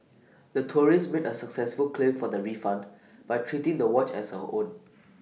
the tourist made A successful claim for the refund by treating the watch as her own